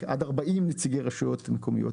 עד 40 נציגי רשויות מקומיות.